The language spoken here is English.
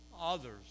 others